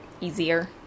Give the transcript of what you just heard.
easier